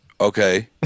Okay